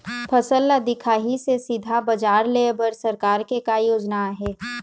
फसल ला दिखाही से सीधा बजार लेय बर सरकार के का योजना आहे?